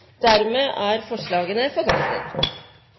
Dermed er